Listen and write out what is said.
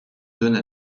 donne